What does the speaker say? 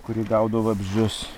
kuri gaudo vabzdžius